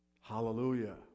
Hallelujah